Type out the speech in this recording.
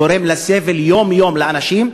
גורם סבל יום-יום לאנשים,